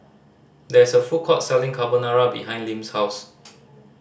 there is a food court selling Carbonara behind Lim's house